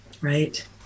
Right